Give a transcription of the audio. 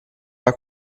pas